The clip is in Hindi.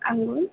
आउरो